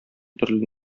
төрле